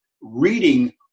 reading